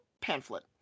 Pamphlet